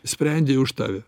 sprendė už tave